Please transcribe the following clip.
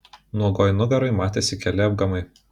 nuogoj nugaroj matėsi keli apgamai